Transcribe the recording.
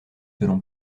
selon